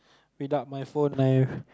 without my phone I